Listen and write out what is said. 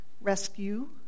rescue